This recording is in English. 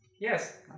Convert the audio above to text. Yes